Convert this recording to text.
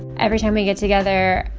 every time we get together,